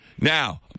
Now